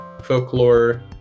folklore